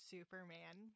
Superman